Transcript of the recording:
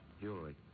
Jewelry